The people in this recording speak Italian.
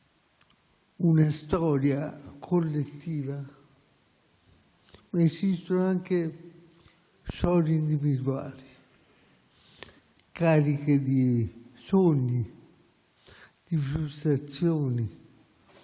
una storia collettiva, ma esistono anche storie individuali, cariche di sogni, di frustrazioni,